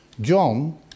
John